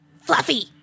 Fluffy